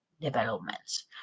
developments